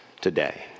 today